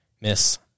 Miss